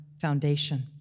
foundation